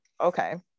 okay